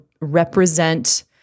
represent